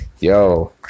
yo